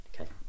Okay